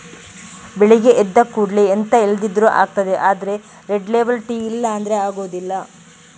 ಬೆಳಗ್ಗೆ ಎದ್ದ ಕೂಡ್ಲೇ ಎಂತ ಇಲ್ದಿದ್ರೂ ಆಗ್ತದೆ ಆದ್ರೆ ರೆಡ್ ಲೇಬಲ್ ಟೀ ಇಲ್ಲ ಅಂದ್ರೆ ಆಗುದಿಲ್ಲ